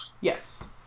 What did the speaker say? Yes